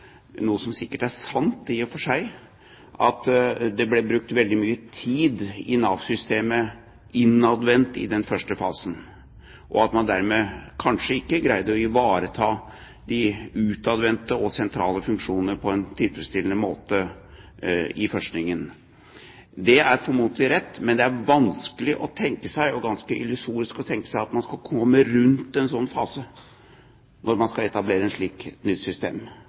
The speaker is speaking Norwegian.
noe som sikkert i og for seg er sant, at det ble brukt veldig mye tid innadvendt i Nav-systemet i den første fasen, og at man dermed kanskje ikke greide å ivareta de utadvendte og sentrale funksjonene på en tilfredsstillende måte i førstningen. Det er formodentlig rett, men det er vanskelig og ganske illusorisk å tenke seg at man skal komme rundt en sånn fase når man skal etablere et slikt nytt system.